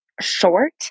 short